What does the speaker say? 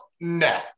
No